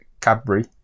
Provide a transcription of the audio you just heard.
Cadbury